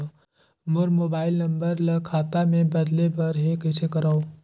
मोर mobile number ल खाता मे बदले बर हे कइसे करव?